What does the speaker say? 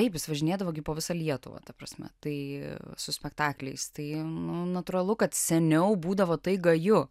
taip jis važinėdavo po visą lietuvą ta prasme tai su spektakliais tai nu natūralu kad seniau būdavo tai gaju